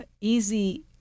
easy